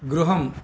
गृहम्